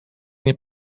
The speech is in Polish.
nie